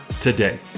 today